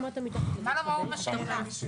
מה לא ברור בשאלה?